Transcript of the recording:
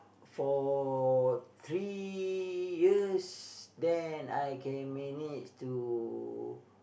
for three years then I can manage to